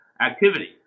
activity